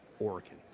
Oregon